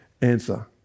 answer